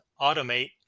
automate